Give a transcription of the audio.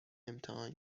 امتحان